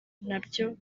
nabyo